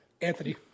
Anthony